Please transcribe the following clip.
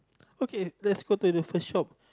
okay let's go to the first shop